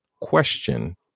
question